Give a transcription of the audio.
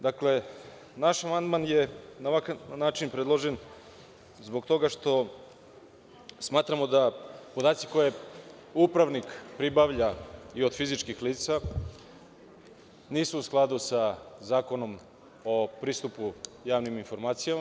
Dakle, naš amandman je na ovakav način predložen, zbog toga što smatramo da podaci koje upravnik pribavlja i od fizičkih lica nisu u skladu sa Zakonom o pristupu javnim informacijama.